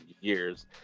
Years